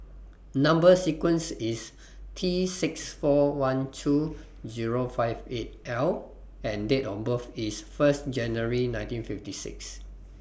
Number sequence IS T six four one two Zero five eight L and Date of birth IS First January nineteen fifty six